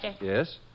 Yes